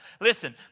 Listen